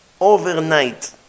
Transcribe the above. Overnight